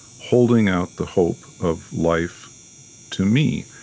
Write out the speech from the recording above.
holding out the hope of life to me.